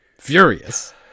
furious